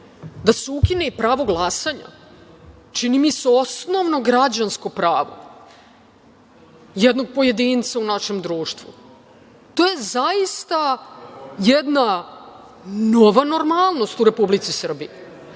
da se ukine i pravo glasanja, čini mi se osnovno građansko pravo jednog pojedinca u našem društvu. To je zaista jedna nova normalnost u Republici Srbiji. Tako